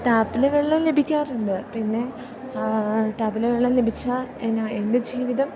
ടാപ്പിൽ വെള്ളം ലഭിക്കാറുണ്ട് പിന്നെ ടാപ്പിൽ വെള്ളം ലഭിച്ചാൽ എങ്ങനെ എൻ്റെ ജീവിതം